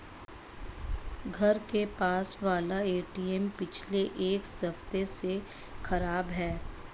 घर के पास वाला एटीएम पिछले एक हफ्ते से खराब है